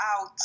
out